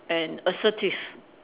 and assertive